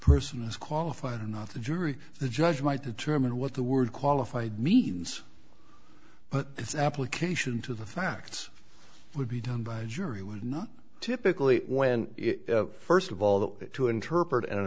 person is qualified or not the jury the judge might determine what the word qualified means but its application to the facts would be done by jury would not typically when first of all the way to interpret an